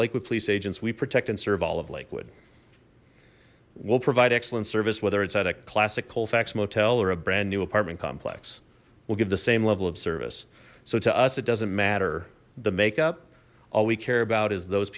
like with police agents we protect and serve olive lakewood will provide excellent service whether it's at a classic colfax motel or a brand new apartment complex will give the same level of service so to us it doesn't matter the makeup all we care about is those